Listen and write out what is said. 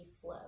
flow